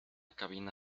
cabina